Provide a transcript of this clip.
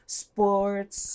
sports